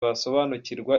basobanukirwa